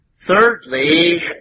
Thirdly